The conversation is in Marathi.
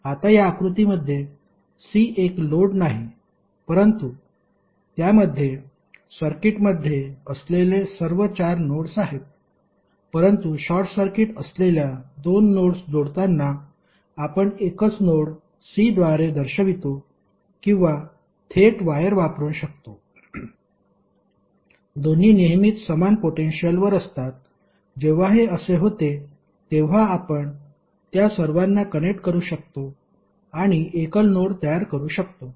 आता या आकृतीमध्ये c एक लोड नाही परंतु त्यामध्ये सर्किटमध्ये असलेले सर्व चार नोड्स आहेत परंतु शॉर्ट सर्किट असलेल्या दोन नोड्स जोडताना आपण एकच नोड c द्वारे दर्शवतो किंवा थेट वायर वापरू शकतो दोन्ही नेहमीच समान पोटेन्शिअल वर असतात जेव्हा हे असे होते तेव्हा आपण त्या सर्वांना कनेक्ट करू शकतो आणि एकल नोड तयार करू शकतो